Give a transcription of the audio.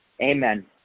amen